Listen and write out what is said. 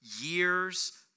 years